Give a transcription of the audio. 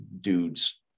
dudes